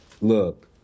Look